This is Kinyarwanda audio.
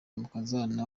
umukazana